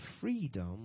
freedom